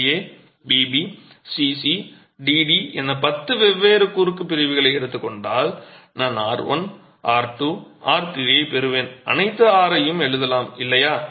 AA BB CC DD என பத்து வெவ்வேறு குறுக்கு பிரிவுகளை எடுத்துக் கொண்டால் நான் r1 r2 r3 ஐப் பெறுவேன் மற்றும் அனைத்து r ஐயும் எழுதலாம் இல்லையா